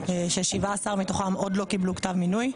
ש-17 מתוכם עוד לא קיבלו כתב מינוי.